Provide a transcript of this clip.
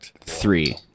three